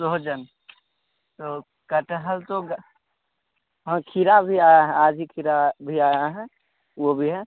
सोहजन तो कठहल तो हाँ खीरा भी आया है आज ही खीरा भी आया है वह भी है